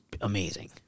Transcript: amazing